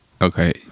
okay